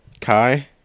Kai